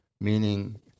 meaning